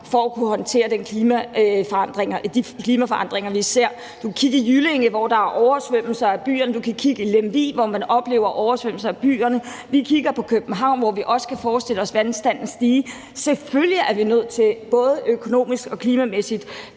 for at kunne håndtere de klimaforandringer, vi ser. Du kan kigge i Jyllinge, hvor der er oversvømmelse af byerne. Du kan kigge i Lemvig, hvor man oplever oversvømmelse af byerne. Vi kigger på København, hvor vi også kan forestille os vandstanden stige. Selvfølgelig er vi nødt til – både økonomisk og klimamæssigt